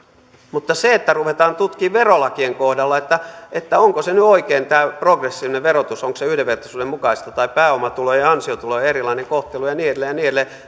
mutta se että ruvetaan tutkimaan verolakien kohdalla että onko se nyt oikein tämä progressiivinen verotus onko se yhdenvertaisuuden mukaista tai pääomatulojen ja ansiotulojen erilainen kohtelu ja niin edelleen ja niin edelleen